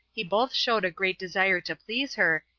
he both showed a great desire to please her,